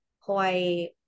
Hawaii